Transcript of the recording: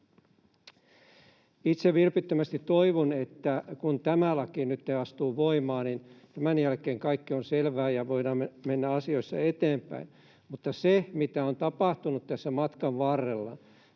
Itse vilpittömästi toivon, että kun tämä laki nytten astuu voimaan, niin tämän jälkeen kaikki on selvää ja voidaan mennä asioissa eteenpäin. Mutta se, mitä on tapahtunut tässä matkan varrella,